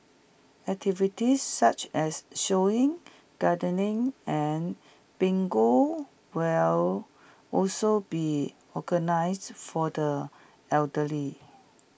activities such as sewing gardening and bingo will also be organised for the elderly